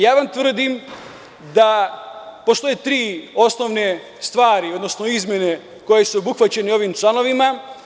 Ja vam tvrdim da postoje tri osnovne stvari, odnosno izmene koje su obuhvaćene ovim članovima.